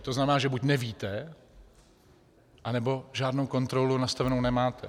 To znamená, že buď nevíte, anebo žádnou kontrolu nastavenu nemáte.